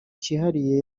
cyihariye